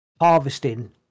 harvesting